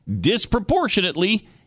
disproportionately